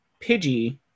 Pidgey